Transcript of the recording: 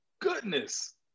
goodness